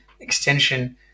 extension